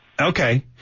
Okay